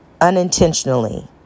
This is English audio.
unintentionally